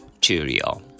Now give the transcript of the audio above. Cheerio